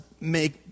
make